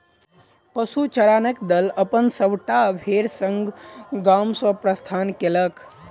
पशुचारणक दल अपन सभटा भेड़ संग गाम सॅ प्रस्थान कएलक